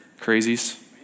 Crazies